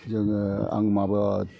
जोङो आं माबा